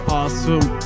awesome